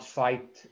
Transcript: fight